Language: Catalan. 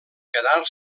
quedar